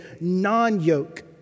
non-yoke